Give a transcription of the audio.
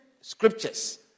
scriptures